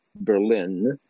Berlin